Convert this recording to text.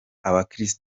abakiri